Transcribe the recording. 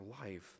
life